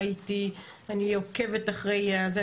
ראיתי, אני עוקבת אחרי הזה.